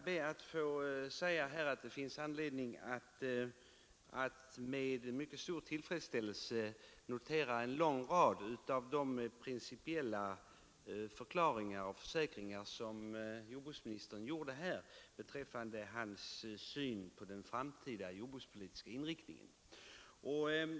Herr talman! Det finns anledning att med mycket stor tillfredsställelse notera en lång rad av de principiella förklaringar och försäkringar som jordbruksministern lämnade här beträffande sin syn på den framtida jordbrukspolitiska inriktningen.